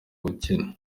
gukena